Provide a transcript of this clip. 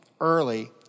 early